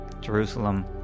Jerusalem